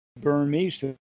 Burmese